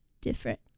different